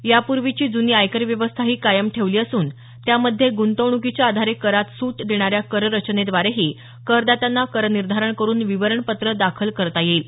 यापूर्वीची जुनी आयकर व्यवस्थाही कायम ठेवली असून त्यामध्ये गुंतवणुकीच्या आधारे करात सूट देणाऱ्या कररचनेद्वारेही करदात्यांना करनिर्धारण करून विवरणपत्र दाखल करता येईल